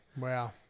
Wow